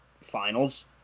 finals